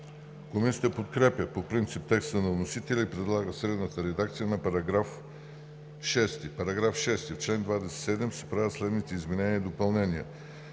Комисията подкрепя по принцип текста на вносителя и предлага следната редакция на § 6: „§ 6. В чл. 27 се правят следните изменения и допълнения: